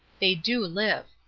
they do live.